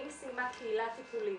אם היא סיימה קהילה טיפולית